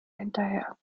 hinterher